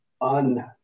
un